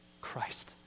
Christ